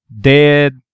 dead